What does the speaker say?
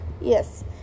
yes